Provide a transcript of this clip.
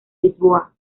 lisboa